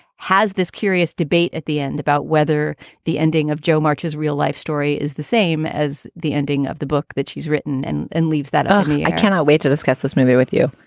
has this curious debate at the end about whether the ending of joe march's real life story is the same as the ending of the book that she's written and and leaves that um i cannot wait to discuss this movie with you.